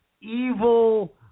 evil